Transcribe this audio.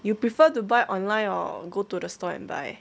you prefer to buy online or go to the store and buy